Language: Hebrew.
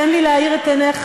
תן לי להאיר את עיניך: